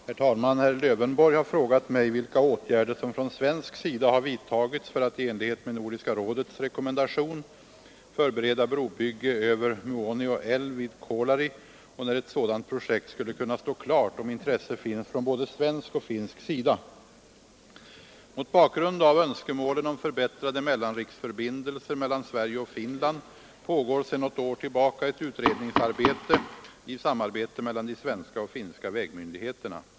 Herr talman! Herr Lövenborg har frågat mig vilka åtgärder som från svensk sida har vidtagits för att i enlighet med Nordiska rådets rekommendation förbereda brobygge över Muonio älv vid Kolari, och när ett sådant projekt skulle kunna stå klart om intresse finns från både svensk och finsk sida. Mot bakgrund av önskemålen om förbättrade mellanriksförbindelser mellan Sverige och Finland pågår sedan något år tillbaka ett utredningsarbete i samverkan mellan de svenska och finska vägmyndigheterna.